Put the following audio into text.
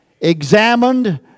examined